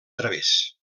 través